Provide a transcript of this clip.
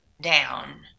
down